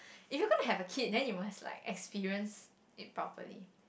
if you're going to have a kid then you must like experience it properly